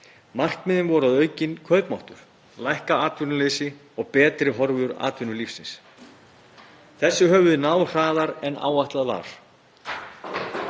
Markmiðin voru aukinn kaupmáttur, lækkað atvinnuleysi og betri horfur atvinnulífsins. Þessu höfum við náð hraðar en áætlað var.